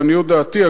לעניות דעתי,